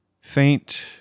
faint